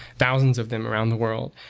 thousands of them around the world.